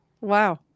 Wow